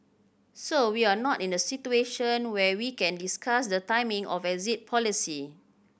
so we're not in a situation where we can discuss the timing of exit policy